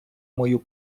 мою